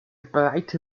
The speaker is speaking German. breite